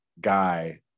guy